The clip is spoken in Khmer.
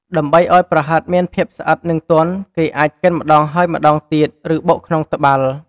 ដើម្បីឱ្យប្រហិតមានភាពស្អិត និងទន់ គេអាចកិនម្ដងហើយម្ដងទៀត ឬបុកក្នុងត្បាល់។